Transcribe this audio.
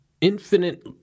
infinite